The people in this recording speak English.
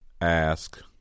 Ask